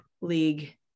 league